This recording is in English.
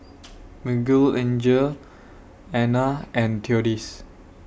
Miguelangel Anna and Theodis